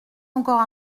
encore